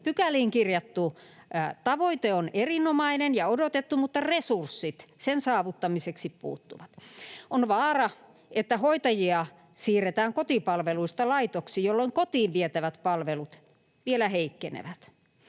pykäliin kirjattu tavoite on erinomainen ja odotettu, mutta resurssit sen saavuttamiseksi puuttuvat. On vaara, että hoitajia siirretään kotipalveluista laitoksiin, jolloin kotiin vietävät palvelut vielä heikkenevät.